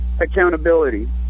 accountability